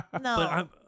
No